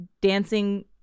dancing